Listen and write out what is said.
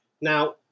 Now